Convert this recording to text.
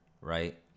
right